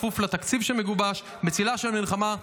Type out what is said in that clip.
כפוף לתקציב שמגובש בצילה של המלחמה,